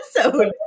episode